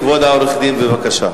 כבוד העורך-דין, בבקשה.